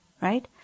right